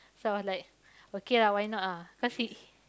so I was like okay lah why not ah cause he